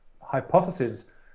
hypothesis